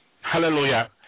Hallelujah